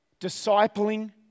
discipling